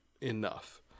enough